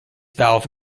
valve